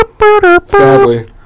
Sadly